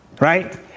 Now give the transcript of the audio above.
right